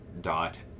dot